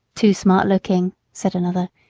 too smart-looking, said another,